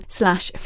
slash